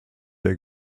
der